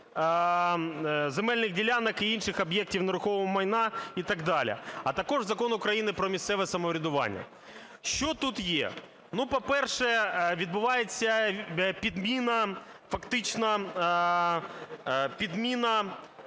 земельних ділянок і інших об'єктів нерухомого майна і так далі. А також Закону України "Про місцеве самоврядування". Що тут є? Ну, по-перше, відбувається підміна, фактична підміна